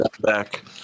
back